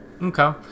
okay